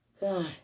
God